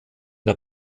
der